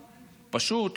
פשוט,